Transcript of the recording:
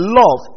love